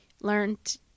learned